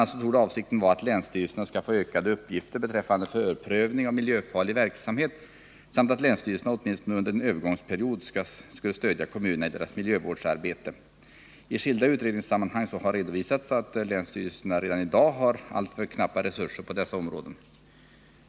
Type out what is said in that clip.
a. torde avsikten vara att länsstyrelserna skall få ökade uppgifter beträffande förprövning av miljöfarlig verksamhet samt att de åtminstone under en övergångsperiod skall stödja kommunerna i deras miljövårdsarbete. I skilda utredningssammanhang har redovisats att länsstyrelserna redan i dag har alltför knappa resurser på dessa områden.